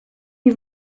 you